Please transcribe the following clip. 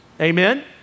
Amen